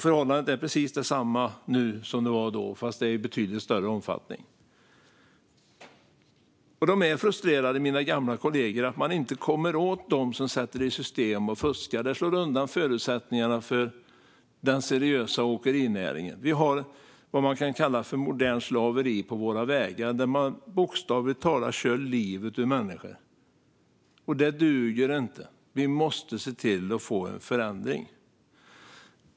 Förhållandena är precis desamma nu som då, men omfattningen är betydligt större. De är frustrerade, mina gamla kollegor, över att inte komma åt dem som sätter i system att fuska. Det slår undan benen för den seriösa åkerinäringen. Vi har vad man kan kalla modernt slaveri på våra vägar, där man bokstavligt talat kör livet ur människor. Det duger inte. Vi måste få till en förändring.